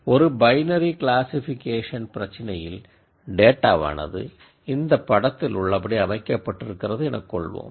ஒரு binary classification பிரச்சினையில் டேட்டாவானது இந்தப் படத்தில் உள்ளபடி அமைக்கப்பட்டிருக்கிறது எனக்கொள்வோம்